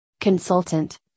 consultant